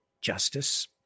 justice